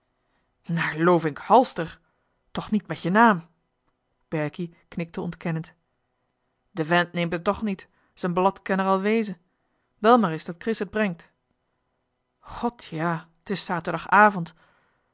lovink halster toch niet met je naam berkie knikte ontkennend de vent neemt het toch niet z'en blad ken er al weze bel maar is dat kris het brengt got ja t is zaterdagavond